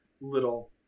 little